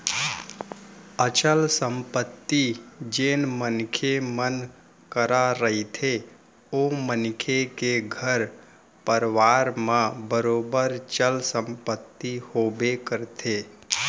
अचल संपत्ति जेन मनखे मन करा रहिथे ओ मनखे के घर परवार म बरोबर चल संपत्ति होबे करथे